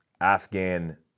Afghan